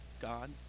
God